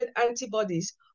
antibodies